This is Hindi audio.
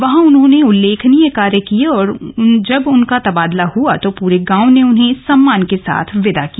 वहां उन्होंने उल्लेखनीय कार्य किये और जब उनका तबादला हुआ तो पूरे गांव ने उन्हें सम्मान के साथ विदा किया